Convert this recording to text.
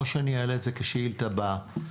או שאני אעלה את זה כשאילתה במליאה,